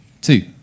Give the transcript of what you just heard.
Two